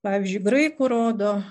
pavyzdžiui graikų rodo